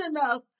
enough